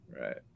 right